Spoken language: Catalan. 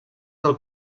del